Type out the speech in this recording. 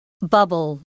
Bubble